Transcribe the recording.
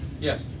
Yes